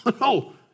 no